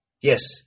Yes